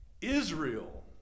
Israel